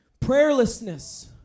Prayerlessness